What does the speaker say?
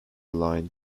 line